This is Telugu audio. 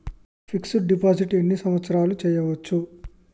ఫిక్స్ డ్ డిపాజిట్ ఎన్ని సంవత్సరాలు చేయచ్చు?